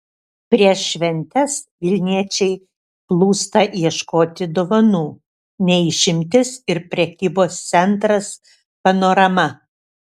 prieš šventes vilniečiai plūsta ieškoti dovanų ne išimtis ir prekybos centras panorama